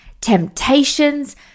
temptations